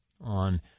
on